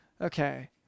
Okay